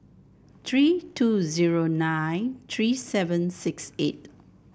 three two zero nine three seven six eight